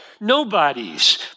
nobodies